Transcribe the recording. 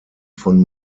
von